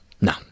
No